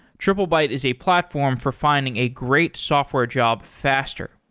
triplebyte is a platform for finding a great software job faster.